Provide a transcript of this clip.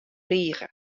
rige